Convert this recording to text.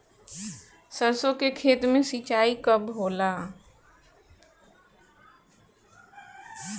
सरसों के खेत मे सिंचाई कब होला?